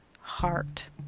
heart